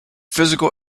physical